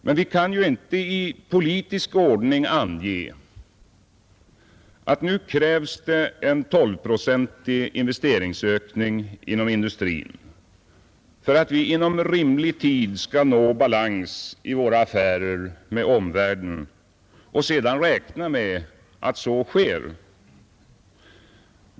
Men vi kan inte i politisk ordning ange, att det nu behövs en 12-procentig investeringsökning inom industrin för att vi inom rimlig tid skall nå balans i våra affärer med omvärlden, och sedan räkna med att så sker.